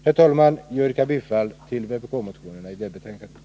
Herr talman! Jag yrkar bifall till vpk-motionerna som behandlas i detta betänkande.